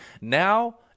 Now